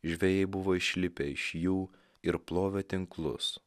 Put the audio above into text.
žvejai buvo išlipę iš jų ir plovė tinklus